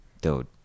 Dude